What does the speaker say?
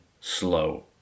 slow